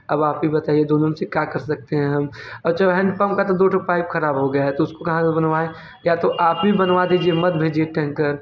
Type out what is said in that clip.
अब आप ही बताइए दोनों में से क्या कर सकते हैं हम अच्छा हैंडपंप का दोठो पाइप खराब हो गया है तो उसको कहाँ से बनवाएँ या तो आप ही बनवा दीजिए मत भेजिए टेंकर